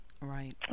right